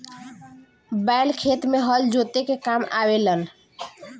बैल खेत में हल जोते के काम आवे लनअ